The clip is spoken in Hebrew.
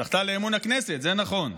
זכתה לאמון הכנסת, זה נכון,